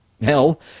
Hell